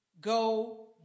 Go